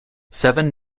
seven